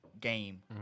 game